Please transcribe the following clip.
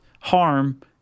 harm